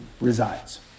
resides